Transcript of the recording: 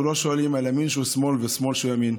אנחנו לא שואלים על ימין שהוא שמאל ושמאל שהוא ימין,